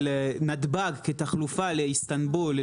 של נתב"ג כתחלופה לאיסטנבול,